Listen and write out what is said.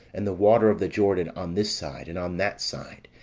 and the water of the jordan on this side and on that side,